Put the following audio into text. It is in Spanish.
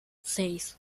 seis